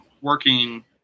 working